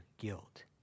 guilt